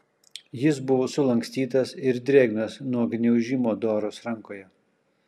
jis buvo sulankstytas ir drėgnas nuo gniaužimo doros rankoje